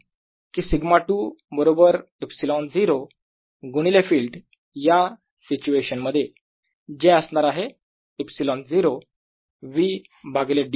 अशाप्रकारे कि σ2 बरोबर ε० गुणिले फिल्ड या सिच्युएशनमध्ये जे असणार आहे ε० V भागिले d